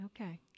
Okay